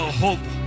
hope